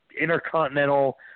intercontinental